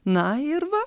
na ir va